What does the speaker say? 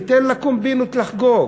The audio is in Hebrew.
ניתן לקומבינות לחגוג.